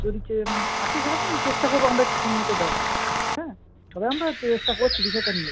যদি কেম আসে সেই রকম চেষ্টা করবো আমরা একটু ঠিকমতো দেওয়ার হ্যাঁ সবাই আমরা চেষ্টা করছি বিষয়টা নিয়ে